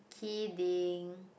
kidding